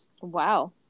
Wow